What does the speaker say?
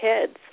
kids